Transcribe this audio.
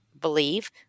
believe